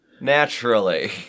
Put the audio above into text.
naturally